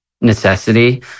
necessity